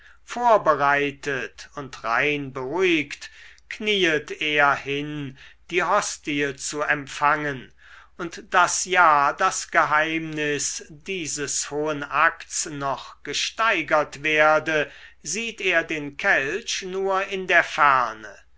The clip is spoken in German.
vorbereitet und rein beruhigt knieet er hin die hostie zu empfangen und daß ja das geheimnis dieses hohen akts noch gesteigert werde sieht er den kelch nur in der ferne